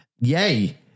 yay